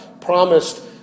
promised